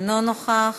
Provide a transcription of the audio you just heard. אינו נוכח,